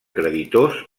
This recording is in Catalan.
creditors